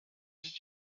did